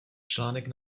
článek